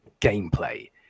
gameplay